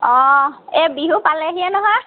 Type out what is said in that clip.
এই বিহু পালেহিয়ে নহয়